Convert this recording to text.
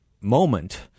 moment